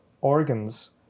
organs